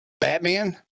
Batman